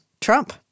Trump